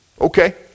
Okay